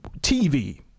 TV